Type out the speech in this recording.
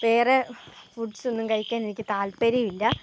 വേറെ ഫുഡ്സൊന്നും കഴിക്കാനൊക്കെനിക്ക് താത്പര്യമില്ല